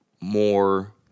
more